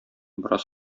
бераз